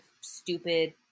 stupid